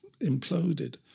imploded